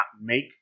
make